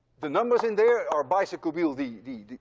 the numbers in there, our bicycle wheel, the. the.